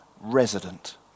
resident